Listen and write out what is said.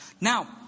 Now